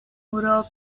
europa